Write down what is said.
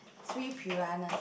three piranhas